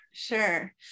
Sure